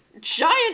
Giant